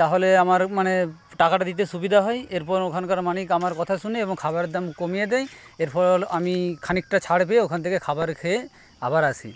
তাহলে আমার মানে টাকাটা দিতে সুবিধা হয় এরপর ওখানকার মালিক আমার কথা শুনে খাবারের দাম কমিয়ে দেয় এরপর আমি খানিকটা ছাড় পেয়ে ওখান থেকে খাবার খেয়ে আবার আসি